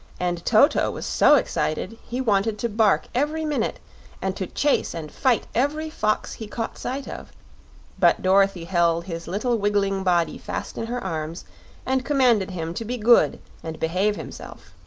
and toto was so excited he wanted to bark every minute and to chase and fight every fox he caught sight of but dorothy held his little wiggling body fast in her arms and commanded him to be good and behave himself.